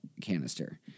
canister